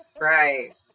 Right